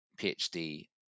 PhD